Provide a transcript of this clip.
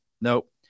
Nope